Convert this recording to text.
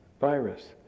virus